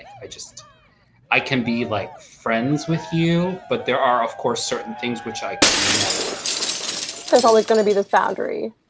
i just eye can be like friends with you, but there are of course certain things which i could never there is always going to be this boundary.